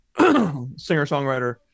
singer-songwriter